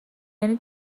یعنی